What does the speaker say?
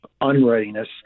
unreadiness